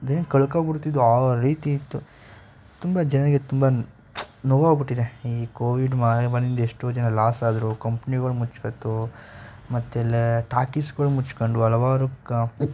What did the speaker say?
ಕಳ್ಕೊಂಡ್ಬಿಡ್ತಿದ್ದೊ ಆ ರೀತಿ ಇತ್ತು ತುಂಬ ಜನಕ್ಕೆ ತುಂಬ ನೋವಾಗ್ಬಿಟ್ಟಿದೆ ಈ ಕೋವಿಡ್ ಮಹಾಮಾರಿಯಿಂದ ಎಷ್ಟೋ ಜನ ಲಾಸ್ ಆದರು ಕಂಪ್ನಿಗಳು ಮುಚ್ಚೋಯಿತು ಮತ್ತೆ ಲ ಟಾಕಿಸ್ಗಳು ಮುಚ್ಕೊಂಡ್ವು ಹಲವಾರು ಕಾ